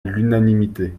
l’unanimité